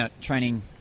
training